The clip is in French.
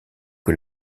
que